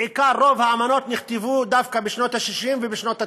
בעיקר רוב האמנות נכתבו דווקא בשנות ה-60 ובשנות ה-90,